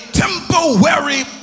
temporary